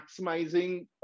maximizing